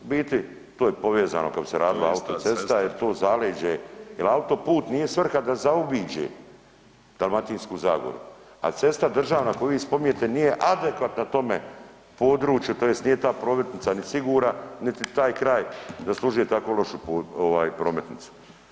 U biti to je povezano kad bi se radila autocesta jer to zaleđe, jel autoput nije svrha da zaobiđe Dalmatinsku zagoru, a cesta državna koju vi spominjete nije adekvatna tome području, tj. nije ta prometnica ni sigurna, niti taj kraj zaslužuje tako lošu ovaj prometnicu.